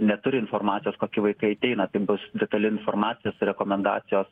neturi informacijos koki vaikai ateina tai bus detali informacija su rekomendacijos